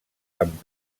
amb